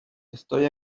estoy